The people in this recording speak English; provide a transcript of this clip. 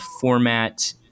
format